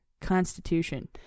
Constitution